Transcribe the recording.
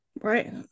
Right